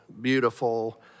beautiful